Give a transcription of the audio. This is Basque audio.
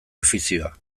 ofizioa